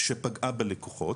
שפגעה בלקוחות,